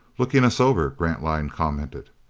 looking us over, grantline commented.